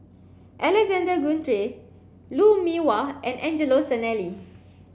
Alexander Guthrie Lou Mee Wah and Angelo Sanelli